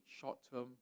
short-term